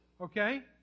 Okay